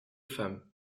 femmes